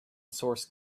source